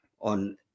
on